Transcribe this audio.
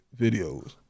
videos